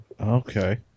okay